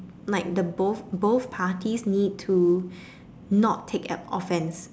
like the both both parties need to not take offense